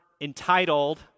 entitled